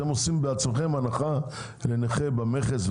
אתם בעצמכם עושים הנחה לנכה במכס,